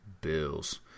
bills